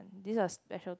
these are special